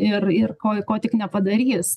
ir ir ko ko tik nepadarys